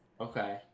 Okay